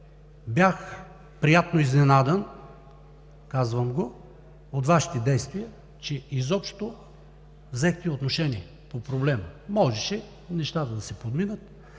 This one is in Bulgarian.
бях приятно изненадан, казвам го, от Вашите действия – че изобщо взехте отношение по проблема. Можеше нещата да се подминат.